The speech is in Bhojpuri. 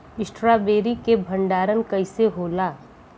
स्ट्रॉबेरी के भंडारन कइसे होला?